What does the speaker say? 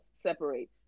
separate